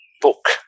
book